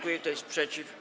Kto jest przeciw?